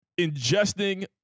ingesting